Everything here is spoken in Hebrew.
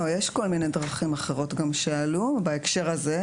לא, יש כל מיני דרכים אחרות שעלו בהקשר הזה.